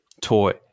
toy